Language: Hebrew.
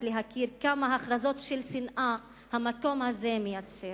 להכיר כמה הכרזות של שנאה המקום הזה מייצר,